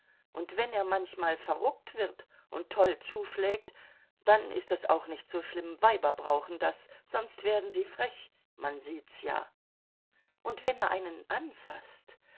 und wenn er manchmal verruckt wird und toll zuschlägt dann ist das auch nicht so schlimm weiber brauchen das sonst werden sie frech man sieht's ja und wenn er einen anfaßt